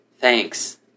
Thanks